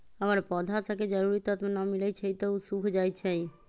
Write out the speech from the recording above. अगर पौधा स के जरूरी तत्व न मिलई छई त उ सूख जाई छई